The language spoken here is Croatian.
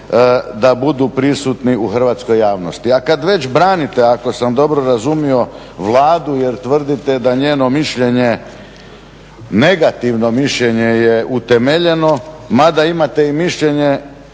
da budu prisutni u hrvatskoj javnosti. A kad već branite ako sam dobro razumio Vladu jer tvrdite da njeno mišljenje, negativno mišljenje je utemeljeno mada imate i mišljenje